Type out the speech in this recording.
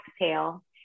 exhale